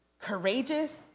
courageous